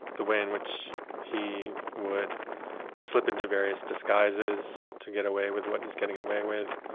the way in which he would slip into various disguises to get away with what he's getting away with,